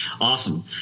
Awesome